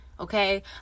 Okay